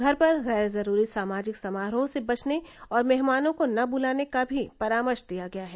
घर पर गैर जरूरी सामाजिक समारोह से बचने और मेहमानों को न बुलाने का भी परामर्श दिया गया है